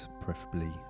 preferably